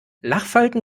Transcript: lachfalten